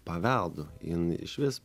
paveldu in išvis